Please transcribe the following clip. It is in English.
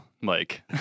Mike